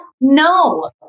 No